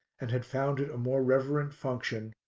and had found it a more reverent function,